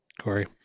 Corey